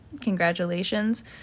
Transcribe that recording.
Congratulations